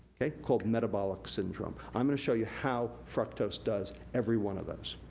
called metabolic syndrome. i'm gonna show you how fructose does every one of those.